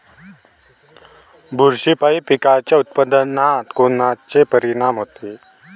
बुरशीपायी पिकाच्या उत्पादनात कोनचे परीनाम होते?